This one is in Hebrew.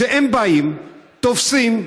שהם באים, תופסים,